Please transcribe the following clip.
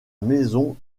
maison